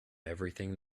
everything